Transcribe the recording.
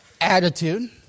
attitude